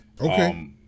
Okay